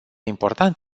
important